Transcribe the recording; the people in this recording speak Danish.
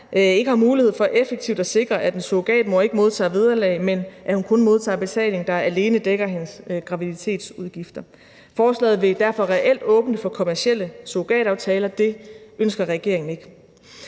ikke har mulighed for effektivt at sikre, at en surrogatmor ikke modtager vederlag, men kun modtager betaling, der alene dækker hendes graviditetsudgifter. Forslaget vil derfor reelt åbne for kommercielle surrogataftaler. Det ønsker regeringen ikke.